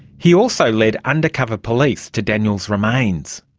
he also led undercover police to daniel's remains.